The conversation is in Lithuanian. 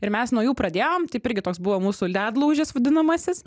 ir mes nuo jų pradėjom taip irgi toks buvo mūsų ledlaužis vadinamasis